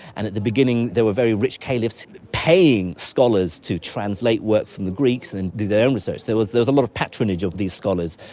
and at the beginning there were very rich caliphs paying scholars to translate work from the greeks and do their own research. there was a lot of patronage of these scholars.